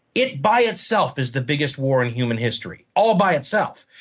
it by itself is the biggest war in human history, all by itself.